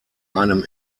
einem